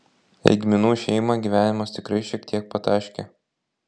eigminų šeimą gyvenimas tikrai šiek tiek pataškė